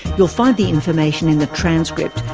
you'll find the information in the transcript,